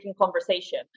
conversation